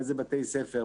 איזה בתי ספר,